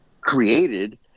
created